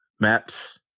Maps